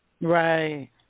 Right